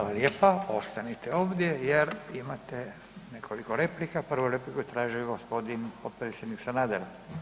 Hvala lijepa, ostanite ovdje jer imate nekoliko replika, prvu repliku je tražio gospodin potpredsjednik Sanader.